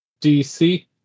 DC